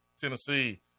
Tennessee